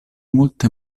multe